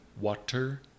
water